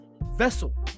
vessel